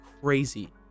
crazy